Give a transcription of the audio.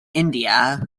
india